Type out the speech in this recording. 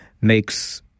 makes